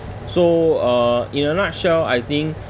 so uh in a nutshell I think